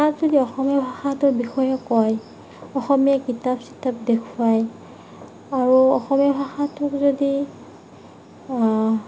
তাত যদি অসমীয়া ভাষাটোৰ বিষয়ে কয় অসমীয়া কিতাপ চিতাপ দেখুৱায় আৰু অসমীয়া ভাষাটোক যদি